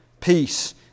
peace